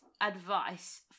advice